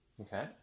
Okay